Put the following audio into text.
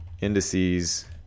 indices